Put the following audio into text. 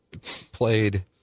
played